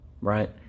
right